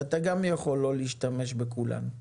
ואתה גם יכול לא להשתמש בכולן.